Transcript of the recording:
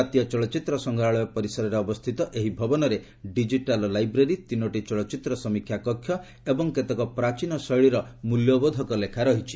ଜାତୀୟ ଚଳଚ୍ଚିତ୍ର ସଂଗ୍ରହାଳୟ ପରିସରରେ ଅବସ୍ଥିତ ଏହି ଭବନରେ ଡିକିଟାଲ ଲାଇବ୍ରେରୀ ଡିନିଟି ଚଳଚ୍ଚିତ୍ର ସମୀକ୍ଷା କକ୍ଷ ଏବଂ କେତେକ ପ୍ରାଚୀନ ଶୈଳୀର ମୂଲ୍ୟବୋଧକ ଲେଖା ରହିଛି